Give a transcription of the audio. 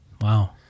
Wow